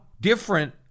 different